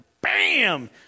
Bam